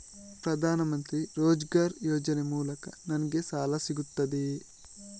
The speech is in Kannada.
ಪ್ರದಾನ್ ಮಂತ್ರಿ ರೋಜ್ಗರ್ ಯೋಜನೆ ಮೂಲಕ ನನ್ಗೆ ಸಾಲ ಸಿಗುತ್ತದೆಯೇ?